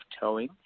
towing